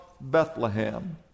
Bethlehem